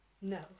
No